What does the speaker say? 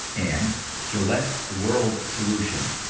and gillette's world solution.